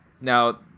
now